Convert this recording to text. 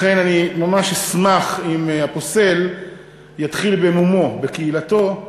לכן אני ממש אשמח אם הפוסל יתחיל במומו, בקהילתו,